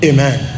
Amen